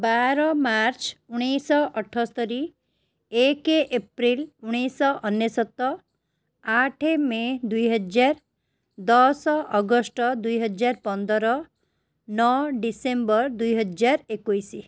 ବାର ମାର୍ଚ୍ଚ ଉଣେଇଶିଶହଅଠସ୍ତରୀ ଏକ ଏପ୍ରିଲ ଉଣେଇଶିଶହଅନେଶତ ଆଠେ ମେ ଦୁଇହଜାର ଦଶ ଅଗଷ୍ଟ ଦୁଇହଜାରପନ୍ଦର ନଅ ଡିସେମ୍ବର ଦୁଇହଜାରଏକୋଇଶି